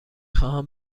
خواهم